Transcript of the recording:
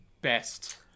best